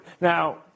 Now